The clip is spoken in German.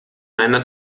einer